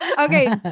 okay